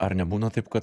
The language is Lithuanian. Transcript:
ar nebūna taip kad